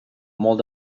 molt